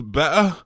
better